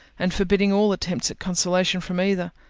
and forbidding all attempt at consolation from either.